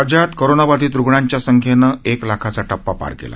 राज्यात कोरोनाबाधित रुग्णांच्या संख्येनं एक लाखाचा टप्पा पार केला